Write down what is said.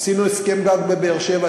עשינו הסכם גג בבאר-שבע,